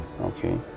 Okay